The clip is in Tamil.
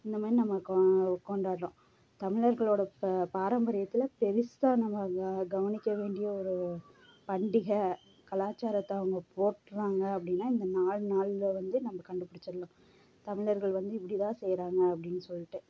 இந்த மாதிரி நம்ம கோ கொண்டாடுறோம் தமிழர்களோடய ப பாரம்பரியத்தில் பெரிசா நம்ம கா கவனிக்க வேண்டிய ஒரு பண்டிகை கலாச்சாரத்தை அவங்க போற்றுறாங்க அப்படின்னா இந்த நாலு நாளில் வந்து நம்ப கண்டுப்பிடிச்சிரலாம் தமிழர்கள் வந்து இப்படி தான் செய்கிறாங்க அப்படின்னு சொல்லிட்டு